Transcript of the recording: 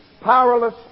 powerless